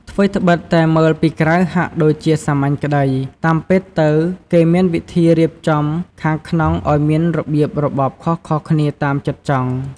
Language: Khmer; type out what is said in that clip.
ថ្វីត្បិតតែមើលពីក្រៅហាក់ដូចជាសាមញ្ញក្តី តាមពិតទៅគេមានវិធីរៀបចំខាងក្នុងឱ្យមានរបៀបរបបខុសៗគ្នាតាមចិត្តចង់។